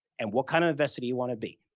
and what kind of investor do you want to be?